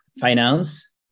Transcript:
finance